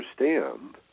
understand